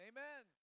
Amen